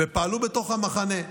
ופעלו בתוך המחנה,